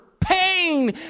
pain